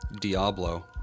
Diablo